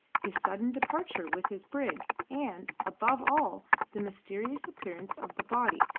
his sudden departure with his brig, and, above all, the mysterious appearance of the body,